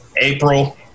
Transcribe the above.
April –